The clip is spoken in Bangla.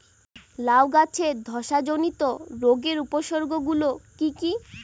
লাউ গাছের ধসা জনিত রোগের উপসর্গ গুলো কি কি?